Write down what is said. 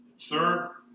Third